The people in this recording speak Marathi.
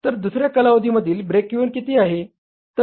तर दुसऱ्या कालावधीमधील विक्री किती आहे